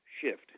shift